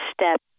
step